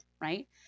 Right